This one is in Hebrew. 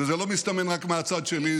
וזה לא מסתמן רק מהצד שלי,